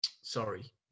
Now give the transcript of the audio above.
sorry